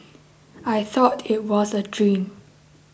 I thought it was a dream